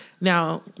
now